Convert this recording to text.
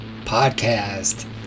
Podcast